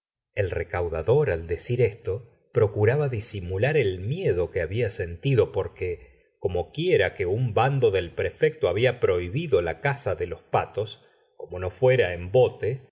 el recaudador al decir esto procuraba disimular el miedo que había sentido porque como quiera que un bando del prefecto había prohibido la caza de los patos como no fuera en bote